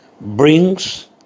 brings